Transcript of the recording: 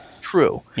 true